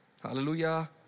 Hallelujah